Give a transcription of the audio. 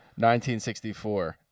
1964